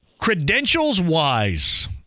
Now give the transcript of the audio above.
Credentials-wise